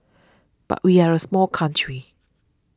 but we are a small country